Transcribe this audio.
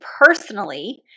personally